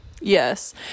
Yes